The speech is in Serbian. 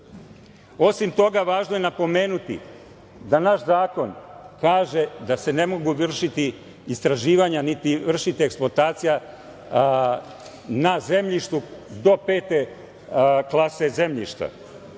Osim toga važno je napomenuti da naš zakon kaže da se ne mogu vršiti istraživanja, niti vršiti ekploatacija na zemljištu do pete klase zemljišta.